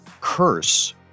curse